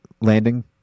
landing